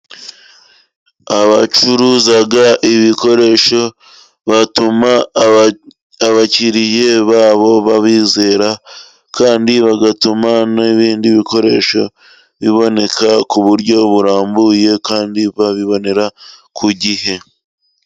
Abacuruza ibikoresho batuma abakiriye babo babizera ,kandi bagatuma n'ibindi bikoresho biboneka ku buryo burambuye, kandi babibonera ku gihe.